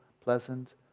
pleasant